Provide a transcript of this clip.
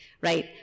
right